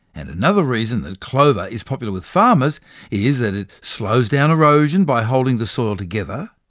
and another reason that clover is popular with farmers is that it slows down erosion by holding the soil together,